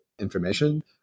information